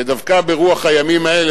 ודווקא ברוח הימים האלה,